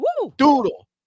Doodle